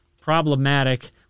problematic